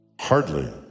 Hardly